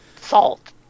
salt